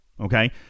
okay